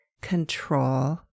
control